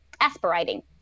aspirating